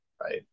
right